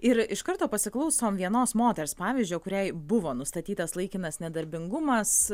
ir iš karto pasiklausom vienos moters pavyzdžio kuriai buvo nustatytas laikinas nedarbingumas